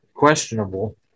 questionable